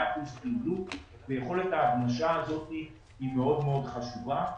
אחוזים פעילות ויכולת ההגמשה הזאת היא מאוד מאוד חשובה.